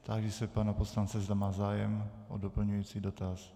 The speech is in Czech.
Táži se pana poslance, zda má zájem o doplňující dotaz.